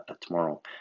tomorrow